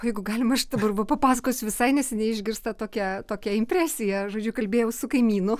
jeigu galima aš dabar va papasakosiu visai neseniai išgirstą tokią tokią impresiją žodžiu kalbėjau su kaimynu